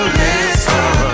listen